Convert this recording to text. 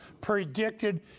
predicted